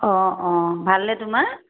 অঁ অঁ ভালনে তোমাৰ